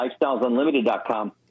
LifestylesUnlimited.com